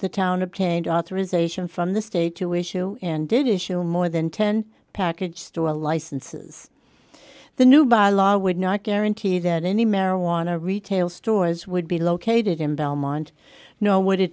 the town obtained authorization from the state to issue and did issue more than ten package store licenses the new by law would not guarantee that any marijuana retail stores would be located in belmont know